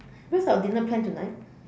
where's our dinner plan tonight